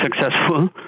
successful